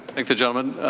thank the gentleman.